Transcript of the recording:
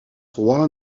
roy